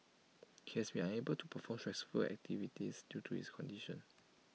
he has been unable to perform stressful activities due to his condition